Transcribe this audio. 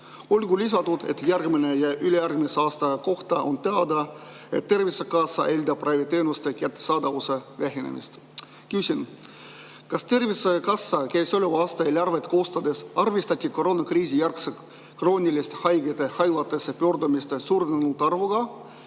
Olgu lisatud, et järgmise ja ülejärgmise aasta kohta on teada, et Tervisekassa eeldab raviteenuste kättesaadavuse vähenemist. Küsin: kas Tervisekassa käesoleva aasta eelarvet koostades arvestati koroonakriisi järel krooniliste haigete haiglasse pöördumiste suurenenud arvuga?